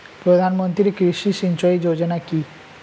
প্রধানমন্ত্রী কৃষি সিঞ্চয়ী যোজনা কি?